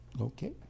Okay